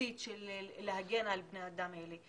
בסיסית של להגן על בני האדם האלה.